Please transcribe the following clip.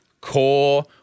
core